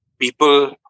people